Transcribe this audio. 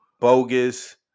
bogus